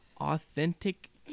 authentic